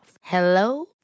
Hello